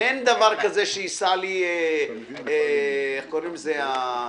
אין דבר כזה שייסע איך קוראים לזה?